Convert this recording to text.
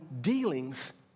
dealings